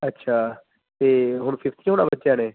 ਅੱਛਾ ਅਤੇ ਹੁਣ ਫਿਫਥ 'ਚ ਹੋਣਾ ਬੱਚਿਆਂ ਨੇ